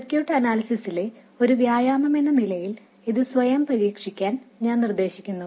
circuit അനാലിസിസിലെ ഒരു exercise എന്ന നിലയിൽ ഇത് സ്വയം പരീക്ഷിക്കാൻ ഞാൻ നിർദ്ദേശിക്കുന്നു